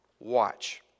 watch